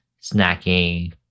snacking